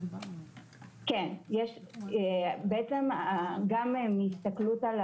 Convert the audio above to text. גם מהסתכלות על